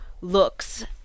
looks